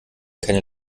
keine